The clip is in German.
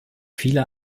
viele